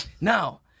Now